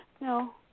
No